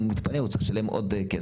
אם הוא מתפנה הוא צריך לשלם עוד כסף.